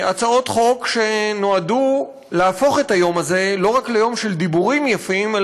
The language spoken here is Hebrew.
הצעות חוק שנועדו להפוך את היום הזה לא רק ליום של דיבורים יפים,